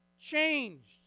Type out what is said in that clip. changed